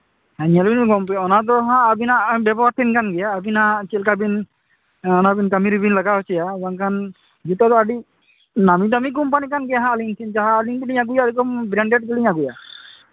ᱧᱮᱞᱵᱤᱱ ᱜᱚᱢᱠᱮ ᱚᱱᱟ ᱫᱚ ᱦᱟᱸᱜ ᱟᱵᱤᱱᱟᱜ ᱵᱮᱵᱚᱦᱟᱨ ᱵᱤᱱ ᱧᱟᱢ ᱜᱮᱭᱟ ᱟᱵᱤᱱᱟᱜ ᱪᱮᱫᱞᱮᱠᱟ ᱵᱤᱱ ᱚᱱᱟ ᱵᱤᱱ ᱠᱟᱹᱢᱤ ᱨᱤᱵᱤᱱ ᱞᱟᱜᱟᱣ ᱦᱚᱪᱚᱭᱟ ᱵᱟᱝᱠᱷᱟᱱ ᱡᱩᱛᱟᱹ ᱫᱚ ᱟᱹᱰᱤ ᱱᱟᱢᱤ ᱫᱟᱢᱤ ᱠᱳᱢᱯᱟᱱᱤ ᱠᱟᱱ ᱜᱮᱭᱟ ᱦᱟᱸᱜ ᱟᱹᱞᱤᱧ ᱡᱟᱦᱟᱸᱞᱤᱧ ᱟᱹᱜᱩᱭᱟ ᱮᱠᱫᱚᱢ ᱵᱨᱮᱱᱰᱮᱰ ᱜᱮᱞᱤᱧ ᱟᱹᱜᱩᱭᱟ ᱦᱩᱸ